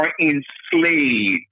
enslaved